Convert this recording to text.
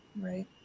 Right